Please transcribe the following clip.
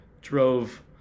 drove